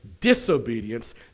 disobedience